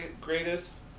greatest